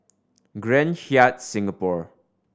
Grand Hyatt Singapore